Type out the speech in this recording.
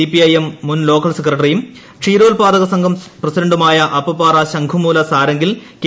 CPIM മുൻ local സെക്രട്ടറിയും ക്ഷീരോൽപാദക സംഘർ പ്രസിഡന്റുമായ അപ്പപാറ ശംഘുമൂല സാരംഗിൽ കെ